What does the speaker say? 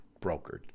brokered